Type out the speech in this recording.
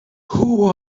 who